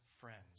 friends